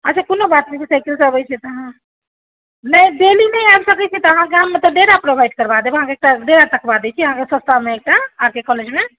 अच्छा कोनो बात नहि सरसोसँ अबैत छियै तऽ नहि डेली नहि आबि सकैत छी तऽ अहाँकेँ गाममे डेरा प्रोवाइड करा देब डेरा अहाँके डेरा तकबा दै छी सस्तामे एकटा आर के कॉलेजके बगलमे